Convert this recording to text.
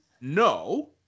no